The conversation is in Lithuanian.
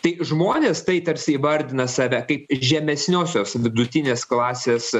tai žmonės tai tarsi įvardina save kaip žemesniosios vidutinės klasės